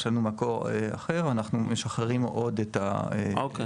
יש לנו מקור אחר אנחנו משחררים עוד את הפקק.